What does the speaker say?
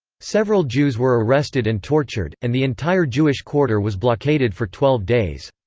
several jews were arrested and tortured, and the entire jewish quarter was blockaded for twelve days.